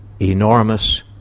enormous